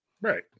Right